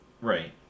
right